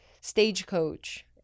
stagecoach